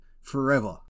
forever